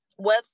website